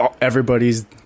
everybody's